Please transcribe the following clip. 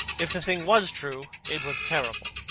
if the thing was true, it was terrible.